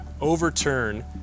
overturn